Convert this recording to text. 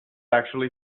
actually